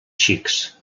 xics